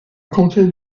compter